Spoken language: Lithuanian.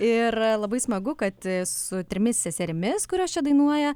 ir labai smagu kad su trimis seserimis kurios čia dainuoja